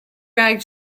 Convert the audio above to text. bragg